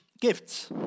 Gifts